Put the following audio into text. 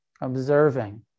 observing